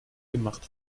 gemacht